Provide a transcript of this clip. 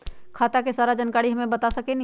खाता के सारा जानकारी हमे बता सकेनी?